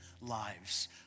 lives